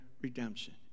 redemption